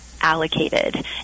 allocated